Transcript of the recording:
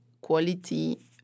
quality